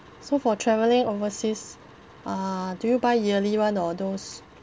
so for travelling overseas uh do you buy yearly one or those